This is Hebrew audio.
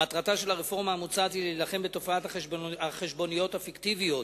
מטרתה של הרפורמה המוצעת היא להילחם בתופעת החשבוניות הפיקטיביות.